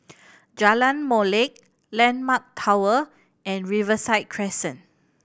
Jalan Molek Landmark Tower and Riverside Crescent